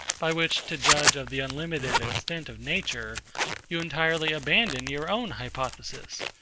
by which to judge of the unlimited extent of nature you entirely abandon your own hypothesis,